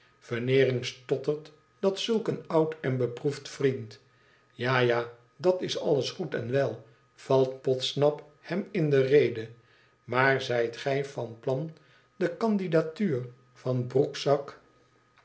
veneering stottert dat zulk een oud en beproefd vriend ja ja dat is alles goed en wel valt podsnap hem in de rede maar zijt gij van plan de candidatuur van broekzak